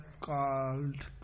called